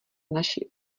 naši